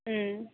अँ